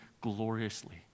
gloriously